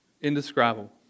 indescribable